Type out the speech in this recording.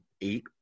eight